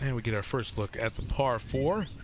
and we get our first look at the par four.